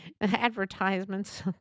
advertisements